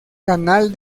canal